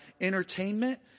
entertainment